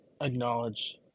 acknowledge